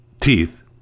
teeth